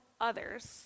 others